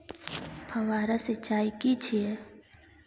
फव्वारा सिंचाई की छिये?